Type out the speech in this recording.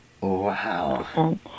Wow